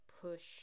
push